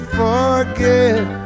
forget